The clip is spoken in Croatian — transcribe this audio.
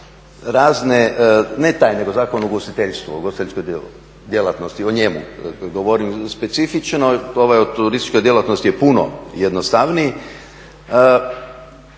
razne, ne taj, nego Zakon o ugostiteljstvu, o ugostiteljskoj djelatnosti, o njemu govorim specifično. Ovaj o turističkoj djelatnosti je puno jednostavniji.